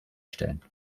stellen